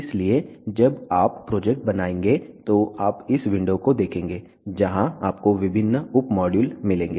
इसलिए जब आप प्रोजेक्ट बनाएंगे तो आप इस विंडो को देखेंगे जहाँ आपको विभिन्न उप मॉड्यूल मिलेंगे